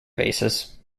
basis